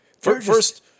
First